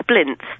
splints